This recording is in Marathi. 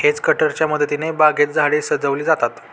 हेज कटरच्या मदतीने बागेत झाडे सजविली जातात